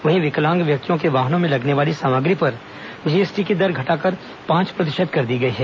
वहीं विकलांग व्यक्तियों के वाहनों में लगने वाली सामग्री पर जीएसटी की दर घटाकर पांच प्रतिशत कर दी गई है